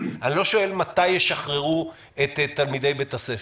אני לא שואל מתי ישחררו את תלמידי בית הספר.